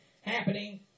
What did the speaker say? happening